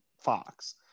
Fox